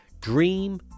Dream